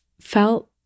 felt